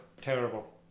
terrible